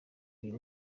uyu